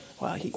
wow